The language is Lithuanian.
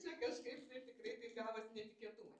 čia kažkaip tai tikrai taip gavos netikėtumai